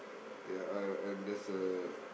ya and and there's a